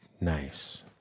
Nice